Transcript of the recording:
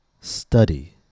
Study